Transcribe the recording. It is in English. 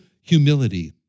humility